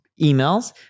emails